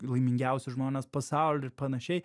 laimingiausi žmonės pasauly ir panašiai